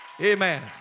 Amen